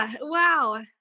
Wow